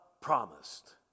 promised